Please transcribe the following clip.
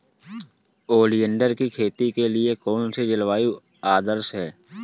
Oleander की खेती के लिए कौन सी जलवायु आदर्श है?